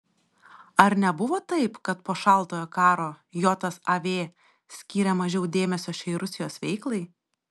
ar nebuvo taip kad po šaltojo karo jav skyrė mažiau dėmesio šiai rusijos veiklai